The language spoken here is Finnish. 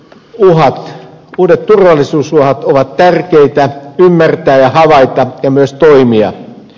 uudet turvallisuusuhat ovat tärkeitä ymmärtää ja havaita ja myös toimia